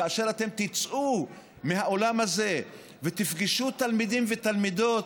כאשר אתם תצאו מהאולם הזה ותפגשו תלמידים ותלמידות,